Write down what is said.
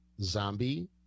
Zombie